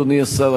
אדוני השר,